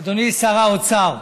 אדוני שר האוצר,